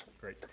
great